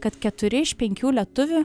kad keturi iš penkių lietuvių